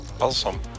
Awesome